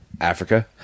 Africa